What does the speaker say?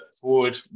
forward